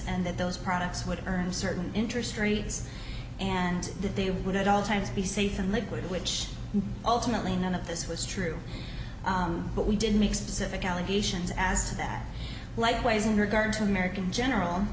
those products would earn certain interest rates and that they would at all times be safe and liquid which ultimately none of this was true but we did make specific allegations as to that likewise in regard to american general